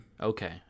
Okay